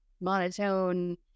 monotone